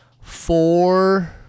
four